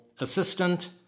assistant